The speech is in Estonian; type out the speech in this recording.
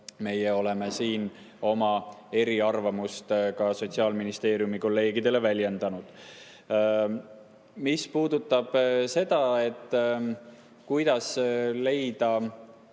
meie oleme oma eriarvamust ka Sotsiaalministeeriumi kolleegidele väljendanud. Mis puudutab seda, kuidas leida